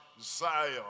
Zion